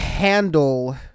handle